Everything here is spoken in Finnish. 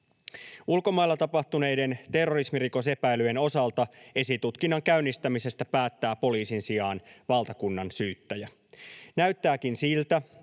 Ulkomailla tapahtuneiden terrorismirikosepäilyjen osalta esitutkinnan käynnistämisestä päättää poliisin sijaan valtakunnansyyttäjä. Näyttääkin siltä,